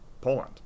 Poland